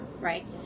Right